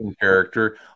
character